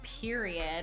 period